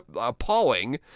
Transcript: appalling